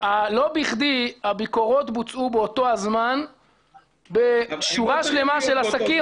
לא בכדי הביקורות בוצעו באותו הזמן בשורה שלמה של עסקים,